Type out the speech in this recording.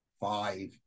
five